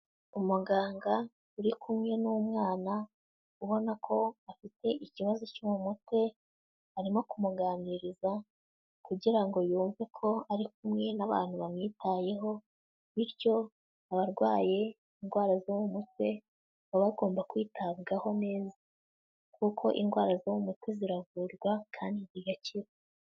Umuganga uri kumwe n'umwana, ubona ko afite ikibazo cyo mu mutwe, arimo kumuganiriza kugira ngo yumve ko ari kumwe n'abantu bamwitayeho bityo abarwaye indwara zo mu mutwe baba bagomba kwitabwaho neza. Kuko indwara zo mu mutwe ziravurwa kandi zigakira.